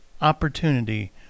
opportunity